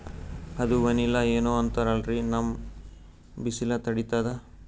ಅದು ವನಿಲಾ ಏನೋ ಅಂತಾರಲ್ರೀ, ನಮ್ ಬಿಸಿಲ ತಡೀತದಾ?